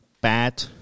bad